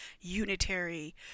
unitary